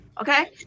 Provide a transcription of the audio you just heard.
Okay